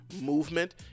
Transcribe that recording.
movement